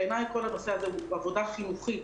בעיניי כל הנושא הזה הוא עבודה חינוכית